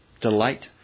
delight